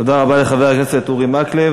תודה רבה לחבר הכנסת אורי מקלב.